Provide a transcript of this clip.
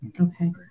Okay